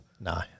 No